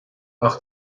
ach